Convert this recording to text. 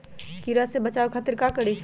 कीरा से बचाओ खातिर का करी?